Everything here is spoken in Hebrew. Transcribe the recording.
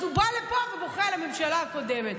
אז הוא בא לפה ובוכה על הממשלה הקודמת.